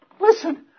Listen